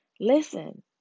Listen